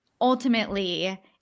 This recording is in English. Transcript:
ultimately